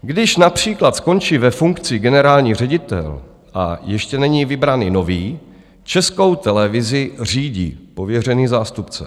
Když například skončí ve funkci generální ředitel a ještě není vybrán nový, Českou televizi řídí pověřený zástupce.